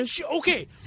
Okay